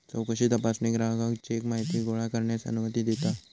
चौकशी तपासणी ग्राहकाक चेक माहिती गोळा करण्यास अनुमती देता